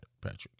Patrick